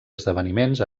esdeveniments